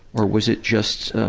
or was it just, um,